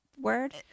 word